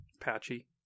patchy